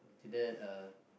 and then then